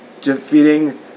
defeating